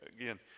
again